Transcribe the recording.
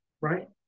right